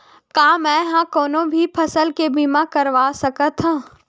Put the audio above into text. का मै ह कोनो भी फसल के बीमा करवा सकत हव?